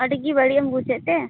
ᱟᱹᱰᱤᱜᱮ ᱵᱟᱹᱲᱤᱡ ᱮᱢ ᱵᱩᱡᱮᱫ ᱛᱮ